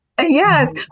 Yes